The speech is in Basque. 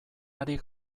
ari